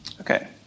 Okay